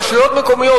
הרשויות המקומיות,